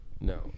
No